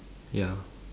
ya